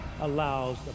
allows